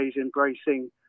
embracing